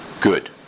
good